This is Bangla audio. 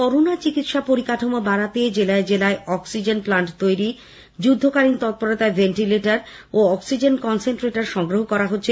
করোনা চিকিৎসা পরিকাঠামো বাড়াতে জেলায় জেলায় অক্সিজেন প্লান্ট তৈরি যুদ্ধকালীন তৎপরতায় ভেন্টিলেটর ও অক্সিজেন কনসেনট্রেটর সংগ্রহ করা হচ্ছে